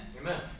Amen